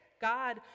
God